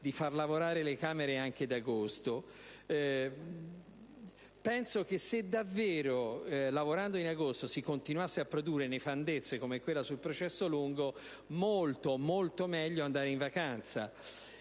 di far lavorare le Camere anche ad agosto. Penso che se davvero, lavorando in agosto, si continuassero a produrre nefandezze come quella sul "processo lungo", sarebbe molto meglio andare in vacanza.